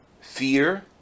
fear